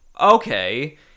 okay